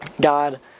God